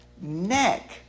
neck